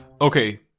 okay